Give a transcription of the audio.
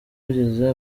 rugeze